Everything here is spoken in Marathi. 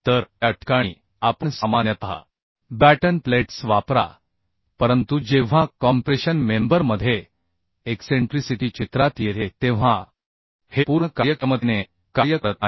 तर त्या ठिकाणी आपण सामान्यतः बॅटन प्लेट्स वापरा परंतु जेव्हा कॉम्प्रेशन मेंबर मध्ये एक्सेंट्रिसिटी चित्रात येते तेव्हा हे पूर्ण कार्यक्षमतेने कार्य करत नाही